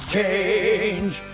Change